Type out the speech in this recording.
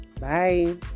bye